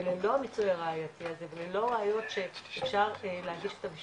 וללא מיצוי הראייתי הזה ללא ראיות שאפשר להגיש כתב אישום,